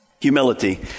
humility